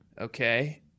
Okay